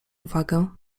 uwagę